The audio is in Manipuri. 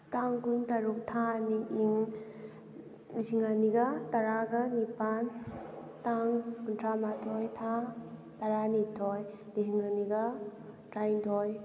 ꯇꯥꯡ ꯀꯨꯟꯇꯔꯨꯛ ꯊꯥ ꯑꯅꯤ ꯏꯪ ꯂꯤꯁꯤꯡ ꯑꯅꯤꯒ ꯇꯔꯥꯒ ꯅꯤꯄꯥꯜ ꯇꯥꯡ ꯀꯨꯟꯊ꯭ꯔꯥꯃꯥꯊꯣꯏ ꯊꯥ ꯇꯔꯥꯅꯤꯊꯣꯏ ꯂꯤꯁꯤꯡ ꯑꯅꯤꯒ ꯇꯔꯥꯅꯤꯊꯣꯏ